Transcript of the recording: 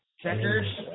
Checkers